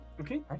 Okay